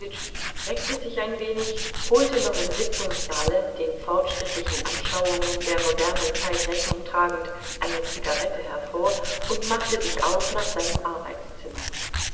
reckte sich ein wenig holte noch im sitzungssaale den fortschrittlichen anschauungen der modernen zeit rechnung tragend eine zigarette hervor und machte sich auf nach seinem arbeitszimmer